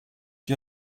you